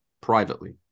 privately